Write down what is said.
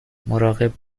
مراقب